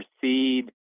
proceed